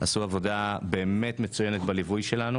עשו עבודה באמת מצוינת בליווי שלנו.